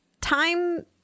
time